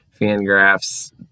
Fangraph's